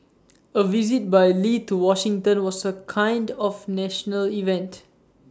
A visit by lee to Washington was A kind of national event